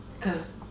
cause